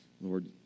Lord